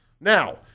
Now